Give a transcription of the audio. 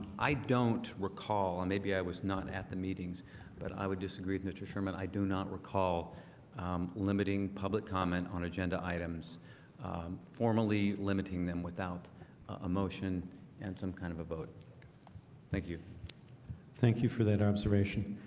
i don't recall and maybe i was not at the meetings but i would disagree with mr. shermin. i do not recall um limiting public comment on agenda items formally limiting them without a motion and some kind of a vote thank you thank you for that observation